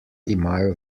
imajo